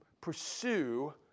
pursue